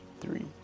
three